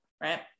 Right